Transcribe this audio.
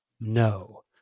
No